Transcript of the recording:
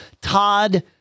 Todd